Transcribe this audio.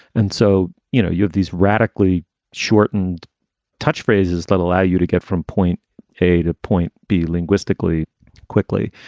and so, you know, you have these radically shortened touch phrases that allow you to get from point a to point b linguistically quickly.